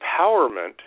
empowerment